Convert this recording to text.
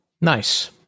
Nice